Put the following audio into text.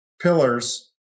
pillars